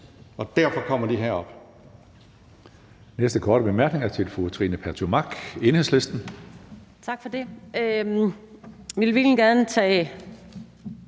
Derfor kommer de herop.